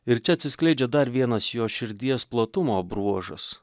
ir čia atsiskleidžia dar vienas jo širdies platumo bruožas